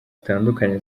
zitandukanye